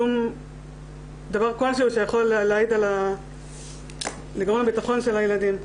שום דבר כלשהו שיכול לגרום לביטחון של הילדים.